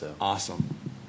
Awesome